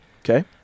Okay